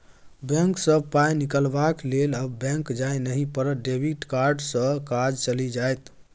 bank सँ पाय निकलाबक लेल आब बैक जाय नहि पड़त डेबिट कार्डे सँ काज चलि जाएत